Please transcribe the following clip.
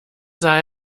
sah